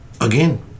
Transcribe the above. again